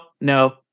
no